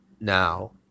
now